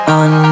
on